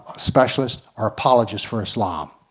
specialists are appologists for islam.